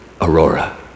Aurora